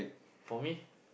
for me